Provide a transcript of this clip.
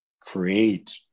create